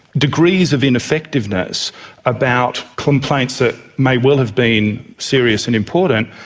degrees of ineffectiveness about complaints that may well have been serious and important,